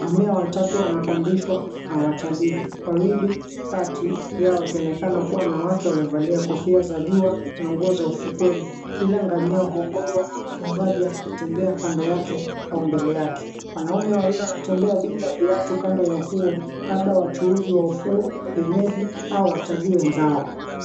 Ngamia watatu wanapandishwa na watalii. Wawili kati yao wakionekana kuwa na wake waliovalia kofia za jua na nguo za ufukweni. Kila ngamia huongozwa na mtunzaji anayetembea kando yake au mbele yake. Wanaume wawili wanatembea bila viatu kando ya ufuo, labda wachuuzi wa ufuo, wenyeji au watalii wenzao.